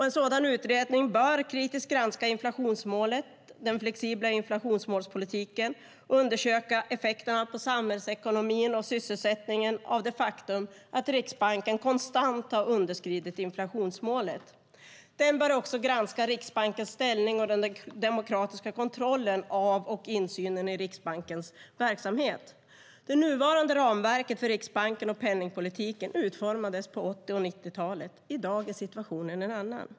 En sådan utredning bör kritiskt granska inflationsmålet och den flexibla inflationsmålspolitiken och undersöka effekterna på samhällsekonomin och sysselsättningen av det faktum att Riksbanken konstant underskridit inflationsmålet. Den bör också granska Riksbankens ställning och den demokratiska kontrollen av och insynen i Riksbankens verksamhet. Det nuvarande ramverket för Riksbanken och penningpolitiken utformades på 1980 och 1990-talen. I dag är situationen en annan.